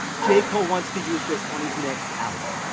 j cole wants to use this on his next album.